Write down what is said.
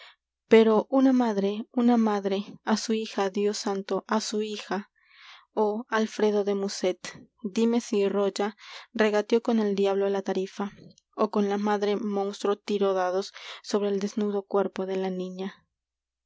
pero una a su orgía madre una madre su hija dios santo á hija oh alfredo de musset dime si rolla regateó ó con con el diablo la tarifa la madre monstruo tiró dados sobre el desnudo cuerpo de la niña